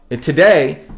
today